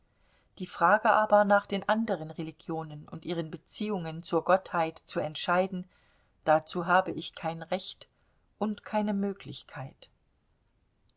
die frage aber nach den anderen religionen und ihren beziehungen zur gottheit zu entscheiden dazu habe ich kein recht und keine möglichkeit